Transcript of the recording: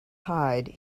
hide